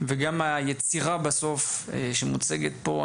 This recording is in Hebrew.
וגם היצירה בסוף שמוצגת פה,